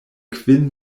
kvin